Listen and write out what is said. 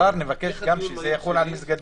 מחר נבקש גם שזה יחול על מסגדים.